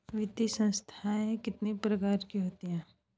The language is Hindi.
वित्तीय संस्थाएं कितने प्रकार की होती हैं?